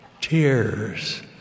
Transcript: tears